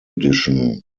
edition